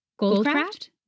Goldcraft